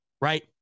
right